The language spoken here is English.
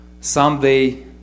someday